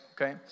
okay